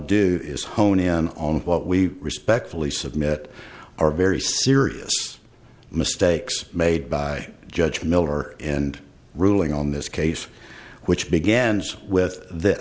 do is hone in on what we respectfully submit are very serious mistakes made by judge miller and ruling on this case which begins with th